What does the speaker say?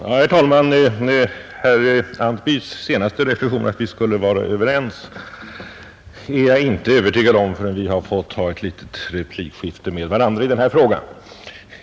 Herr talman! Herr Antbys senaste reflexion att vi skulle vara överens går jag inte helt med på förrän vi har fått ha ett litet replikskifte med varandra i denna fråga.